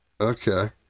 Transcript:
Okay